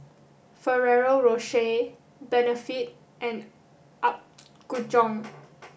Ferrero Rocher Benefit and Apgujeong